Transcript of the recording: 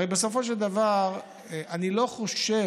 הרי בסופו של דבר אני לא חושב,